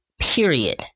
period